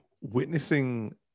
witnessing